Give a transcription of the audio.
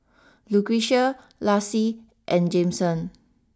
Lucretia Lassie and Jameson